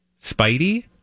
Spidey